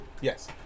Yes